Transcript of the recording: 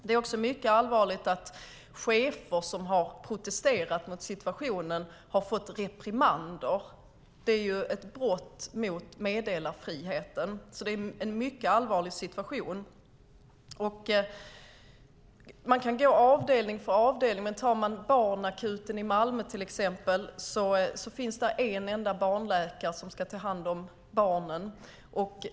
Det är mycket allvarligt att chefer som har protesterat mot situationen har fått reprimander. Det är ett brott mot meddelarfriheten, så det är en mycket allvarlig situation. Man kan ta avdelning för avdelning, men på barnakuten i Malmö till exempel finns det en enda barnläkare som ska ta hand om barnen.